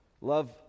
Love